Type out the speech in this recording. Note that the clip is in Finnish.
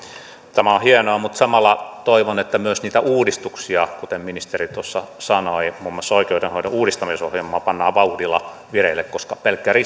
tämä on hienoa mutta samalla toivon että myös niitä uudistuksia kuten ministeri tuossa sanoi muun muassa oikeudenhoidon uudistamisohjelmaa pannaan vauhdilla vireille koska pelkkä